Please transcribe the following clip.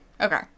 Okay